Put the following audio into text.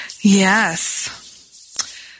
Yes